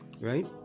right